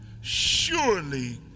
surely